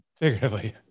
Figuratively